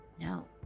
No